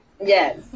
yes